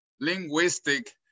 linguistic